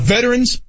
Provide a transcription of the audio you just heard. Veterans